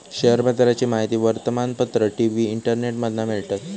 share बाजाराची माहिती वर्तमानपत्र, टी.वी, इंटरनेटमधना मिळवतत